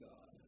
God